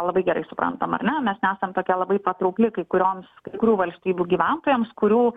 labai gerai suprantam ar ne mes nesam tokia labai patraukli kai kurioms kai kurių valstybių gyventojams kurių